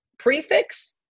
Prefix